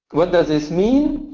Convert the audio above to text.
what does this mean?